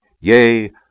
Yea